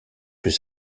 plus